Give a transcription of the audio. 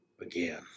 again